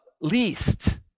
least